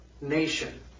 nation